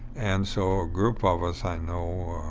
and so a group of us, i know,